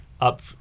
up